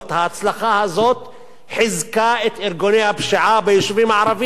ההצלחה הזאת חיזקה את ארגוני הפשיעה ביישובים הערביים.